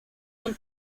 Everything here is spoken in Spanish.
del